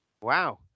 Wow